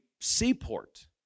seaport